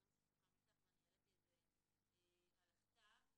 ממה שסוכם אתך העליתי את זה על הכתב.